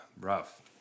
rough